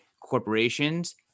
corporations